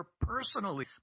personally